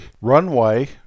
runway